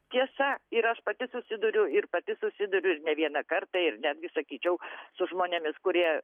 tiesa ir aš pati susiduriu ir pati susiduriu ir ne vieną kartą ir netgi sakyčiau su žmonėmis kurie